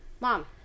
mom